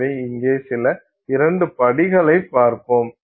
எனவே இங்கே சில இரண்டு படிகளைப் பார்ப்போம்